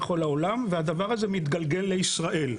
בכל העולם והדבר הזה מתגלגל לישראל.